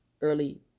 early